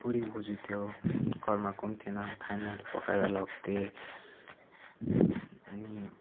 बुढी बोजू थियो घरमा कोही थिएन खानाहरू पकाएर लगिदिएँ अनि